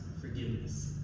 forgiveness